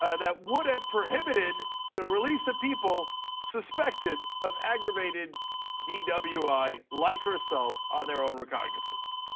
ah that would are prohibited the released of people suspected of aggravated dwi like herself on their own recognizance.